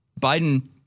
Biden